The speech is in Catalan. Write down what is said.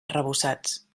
arrebossats